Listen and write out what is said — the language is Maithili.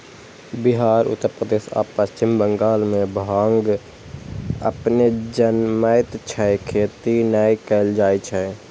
बिहार, उत्तर प्रदेश आ पश्चिम बंगाल मे भांग अपने जनमैत छै, खेती नै कैल जाए छै